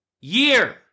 year